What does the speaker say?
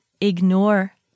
ignore